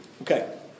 Okay